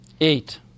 Eight